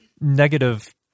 negative